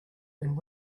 and